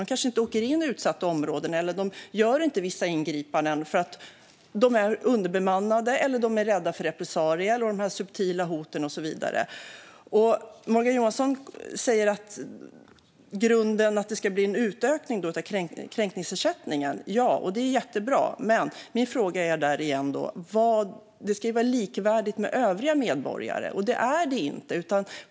De kanske inte åker in i utsatta områden eller gör inte vissa ingripanden, eftersom de är underbemannade eller rädda för repressalier, subtila hot och så vidare. Morgan Johansson säger att det ska bli en utökning av kränkningsersättningen, och det är jättebra. Men jag anser att det ska vara likvärdigt med övriga medborgare, och det är det inte.